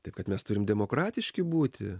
taip kad mes turim demokratiški būti